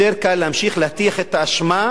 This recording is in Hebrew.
יותר קל להמשיך להטיח את האשמה,